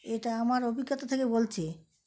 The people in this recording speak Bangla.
এটা আমার অভিজ্ঞতা থেকে বলছি